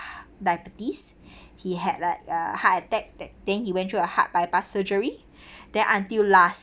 diabetes he had like uh heart attack that thing he went through a heart bypass surgery then until last